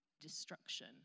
destruction